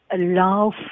allow